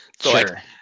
Sure